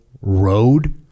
road